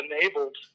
enabled